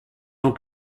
ans